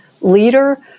leader